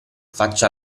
faccia